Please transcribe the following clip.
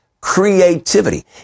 creativity